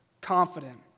confident